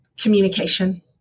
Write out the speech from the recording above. Communication